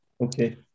Okay